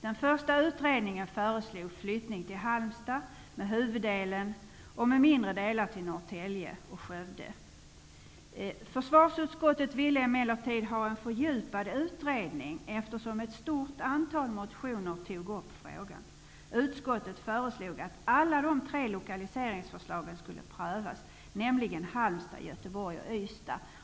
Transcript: Den första utredningen föreslog flyttning av huvuddelen till Försvarsutskottet ville emellertid ha en fördjupad utredning, eftersom ett stort antal motioner tog upp frågan. Utskottet föreslog att alla de tre lokaliseringsförslagen skulle prövas, nämligen Halmstad, Göteborg och Ystad.